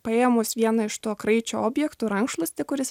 paėmus vieną iš to kraičio objektų rankšluostį kuris